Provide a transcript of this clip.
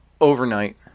overnight